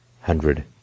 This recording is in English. hundred